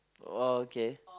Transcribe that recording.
oh okay